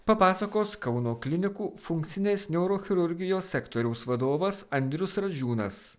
papasakos kauno klinikų funkcinės neurochirurgijos sektoriaus vadovas andrius radžiūnas